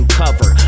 cover